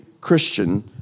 Christian